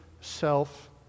self